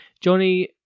Johnny